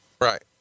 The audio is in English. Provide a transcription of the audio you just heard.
Right